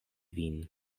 vin